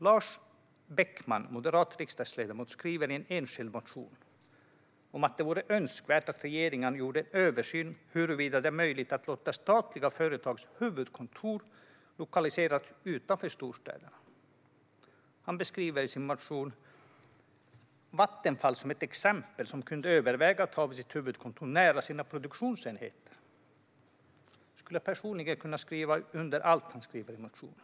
Lars Beckman, moderat riksdagsledamot, skriver i en enskild motion att det vore önskvärt att regeringen gjorde en översyn av huruvida det är möjligt att låta statliga företags huvudkontor lokaliseras utanför storstäderna. Han beskriver i sin motion Vattenfall som ett exempel på ett företag som skulle kunna överväga att ha sitt huvudkontor nära sina produktionsenheter. Jag skulle personligen kunna skriva under på allt han skriver i motionen.